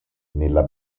nella